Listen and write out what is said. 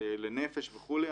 זה לנפש וכולי.